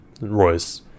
royce